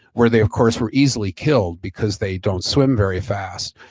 where they of course were easily killed because they don't swim very fast.